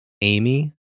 Amy